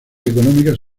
económicas